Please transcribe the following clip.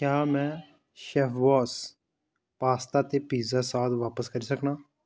क्या में Chefboss pasta ते पिज़्ज़ा सॉस बापस करी सकनां